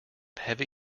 heavy